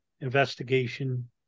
investigation